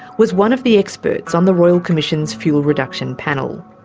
was one of the experts on the royal commission's fuel reduction panel.